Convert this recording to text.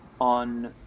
on